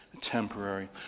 temporary